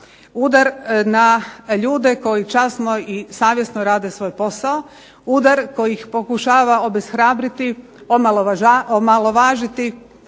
udar na ljude koji časno i savjesno rade svoj posao, udar koji ih pokušava obeshrabriti, omalovažiti